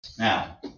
Now